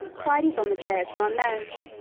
tidies on the chairs were unknown,